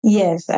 yes